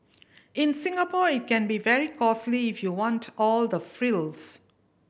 in Singapore it can be very costly if you want all the frills